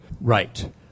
Right